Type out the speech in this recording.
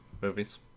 movies